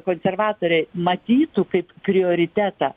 konservatoriai matytų kaip prioritetą